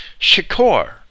shikor